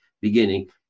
beginning